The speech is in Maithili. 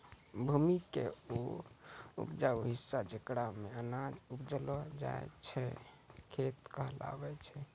भूमि के हौ उपजाऊ हिस्सा जेकरा मॅ अनाज उपजैलो जाय छै खेत कहलावै छै